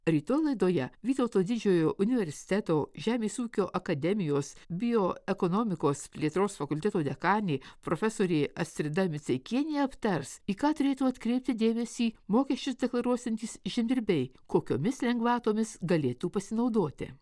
rytoj laidoje vytauto didžiojo universiteto žemės ūkio akademijos bio ekonomikos plėtros fakulteto dekanė profesorė astrida miceikienė aptars į ką turėtų atkreipti dėmesį mokesčius deklaruosiantys žemdirbiai kokiomis lengvatomis galėtų pasinaudoti